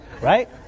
right